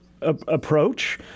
approach